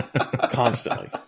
constantly